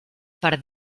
per